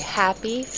happy